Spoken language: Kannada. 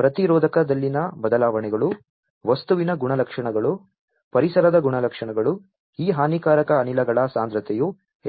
ಪ್ರತಿರೋಧಕದಲ್ಲಿನ ಬದಲಾವಣೆಗಳು ವಸ್ತುವಿನ ಗುಣಲಕ್ಷಣಗಳು ಪರಿಸರದ ಗುಣಲಕ್ಷಣಗಳು ಈ ಹಾನಿಕಾರಕ ಅನಿಲಗಳ ಸಾಂದ್ರತೆಯು ಹೆಚ್ಚಾಗುತ್ತಿದೆ